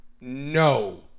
no